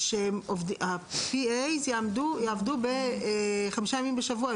ש-P.A יעבדו חמישה ימים בשבוע.